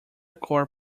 core